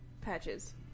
Patches